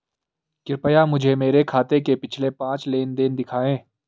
कृपया मुझे मेरे खाते के पिछले पांच लेन देन दिखाएं